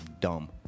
dumb